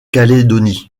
calédonie